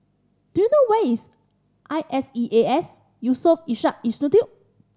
do you know where is I S E A S Yusof Ishak Institute